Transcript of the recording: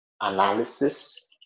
analysis